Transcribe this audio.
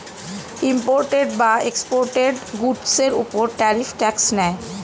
imported বা exported গুডসের উপর ট্যারিফ ট্যাক্স নেয়